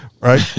Right